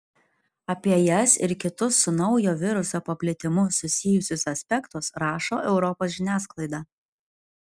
apie jas ir kitus su naujo viruso paplitimu susijusius aspektus rašo europos žiniasklaida